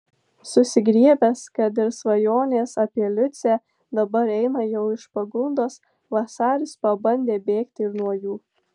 susigriebęs kad ir svajonės apie liucę dabar eina jau iš pagundos vasaris pabandė bėgti ir nuo jų